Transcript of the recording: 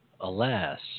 Alas